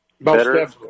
better